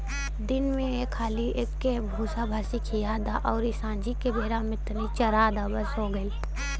दिन में एक हाली एके भूसाभूसी खिया द अउरी सांझी के बेरा में तनी चरा द बस हो गईल